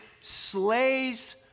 slays